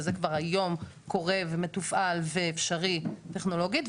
שזה כבר היום קורה ומתופעל ואפשרי טכנולוגית,